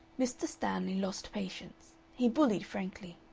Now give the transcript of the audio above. mr. stanley lost patience. he bullied frankly.